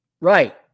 Right